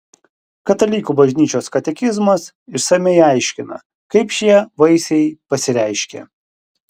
katalikų bažnyčios katekizmas išsamiai aiškina kaip šie vaisiai pasireiškia